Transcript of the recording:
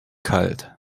kalt